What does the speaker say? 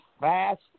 fast